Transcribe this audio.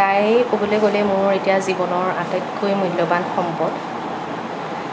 তাই ক'বলে গ'লে মোৰ এতিয়া জীৱনৰ আটাইতকৈ মূল্যৱান সম্পদ